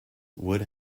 would